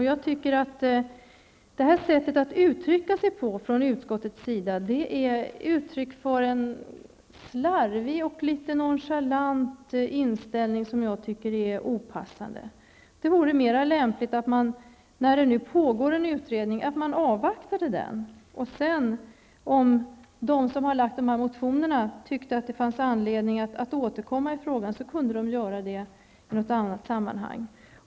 Jag tycker att detta sätt att uttrycka sig på från utskottets sida är ett uttryck för en slarvig och litet nonchalant inställning som jag anser är opassande. Det vore mer lämpligt att man avvaktade den utredning som pågår. Om sedan de som har väckt dessa motioner tycker att det finns anledning att återkomma i frågan kan de göra det i något annat sammanhang.